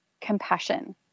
compassion